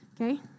Okay